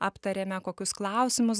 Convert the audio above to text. aptarėme kokius klausimus